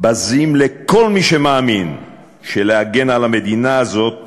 בזים לכל מי שמאמין שלהגן על המדינה הזאת